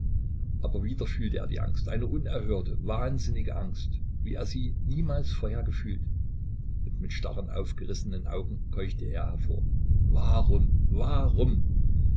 aber wieder fühlte er die angst eine unerhörte wahnsinnige angst wie er sie niemals vorher gefühlt und mit starren aufgerissenen augen keuchte er hervor warum warum